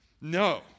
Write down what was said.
No